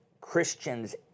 christians